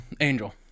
Angel